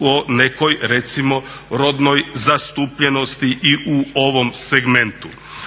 o nekoj recimo rodnoj zastupljenosti i u ovom segmentu.